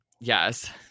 Yes